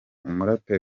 umuraperi